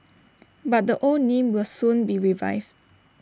but the old name will soon be revived